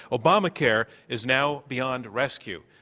obamacare is now beyond rescue.